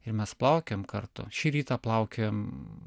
ir mes plaukiojam kartu šį rytą plaukiojom